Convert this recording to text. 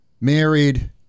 married